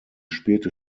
späte